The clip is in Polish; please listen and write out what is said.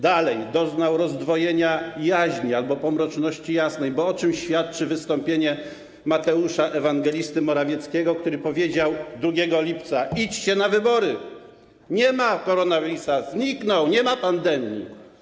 Dalej doznał rozdwojenia jaźni albo pomroczności jasnej, bo o czym świadczy wystąpienie Mateusza Ewangelisty Morawieckiego, który powiedział 2 lipca: Idźcie na wybory, nie ma koronawirusa, zniknął, nie ma pandemii?